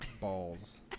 balls